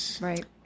Right